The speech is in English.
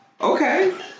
okay